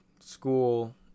school